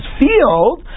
field